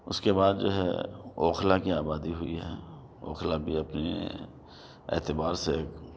اُس کے بعد جو ہے اوکھلا کی آبادی ہوئی ہے اوکھلا بھی اپنے اعتبار سے ایک